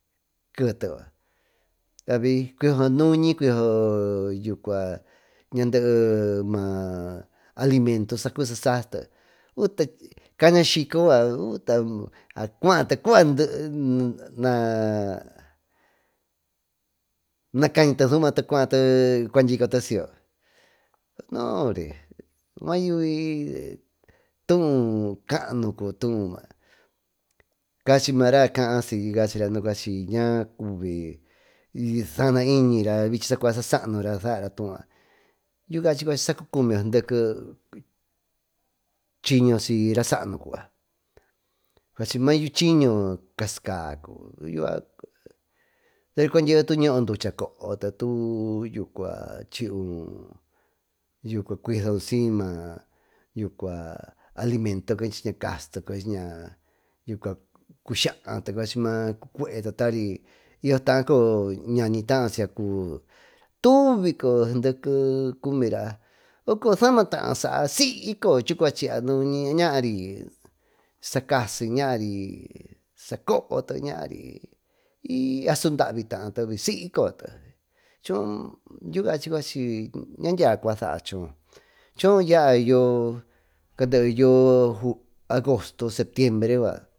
Cuisohyo nuñi cuisohyo aumento sa sasite uta cañasyco yucua cuarto cuaa nayañite su numate cuaate cunadyicote si y yo noombre matuvi tuú caanu cuvi tuú yuca cachimara caa siy cuachi ña cubi y saana iñira vichi saacua sasaanura saaratuu yuca yuú cachi sucuenda sa cacumiyo seeneke chiño siy rasaanu cuvi yucua mayuvi chiño casica cuvi deeri cunandye tuñdo ducha coote tu chivuú yucua cuiso siyma alimento casite cueñas cuksaate tari y yo savataa ñañitaayo siycacuvi tuvi cooyo seeneke cumira soco saamataa saate siycoye chucua chiyya mari sa casite ñaari sa cohote iy asu davitaate siy coyote choo ña dyiacua saayo choo yaa yoo agosto, septiembre yucua.